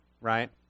right